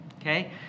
Okay